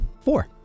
Four